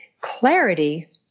Clarity